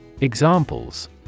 Examples